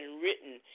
written